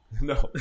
No